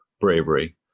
bravery